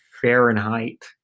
Fahrenheit